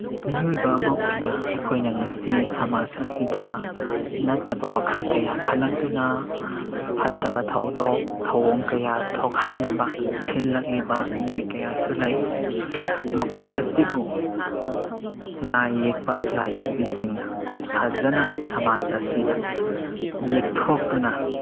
ꯃꯤꯑꯣꯏꯕ ꯑꯃ ꯑꯣꯏꯅ ꯑꯩꯈꯣꯏꯅ ꯉꯁꯤ ꯁꯃꯥꯖ ꯑꯁꯤꯗ ꯅꯠꯇꯕ ꯋꯥꯈꯜ ꯀꯌꯥ ꯈꯜꯂꯛꯇꯨꯅ ꯐꯠꯇꯕ ꯊꯧꯗꯣꯛ ꯊꯧꯑꯣꯡ ꯀꯌꯥ ꯊꯣꯛꯍꯟꯅꯕ ꯁꯤꯜꯂꯛꯂꯤꯕ ꯃꯤꯑꯣꯏ ꯀꯌꯥꯁꯨ ꯂꯩ ꯃꯈꯣꯏ ꯑꯁꯤꯕꯨ ꯂꯥꯏꯌꯦꯛꯄ ꯂꯥꯏꯌꯦꯛꯄꯤꯁꯤꯡꯅ ꯐꯖꯅ ꯁꯃꯥꯖ ꯑꯁꯤꯗ ꯌꯦꯛꯊꯣꯛꯇꯨꯅ